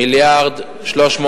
כל חודש בהיקף של 1.3 מיליארד לשנה?